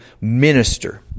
minister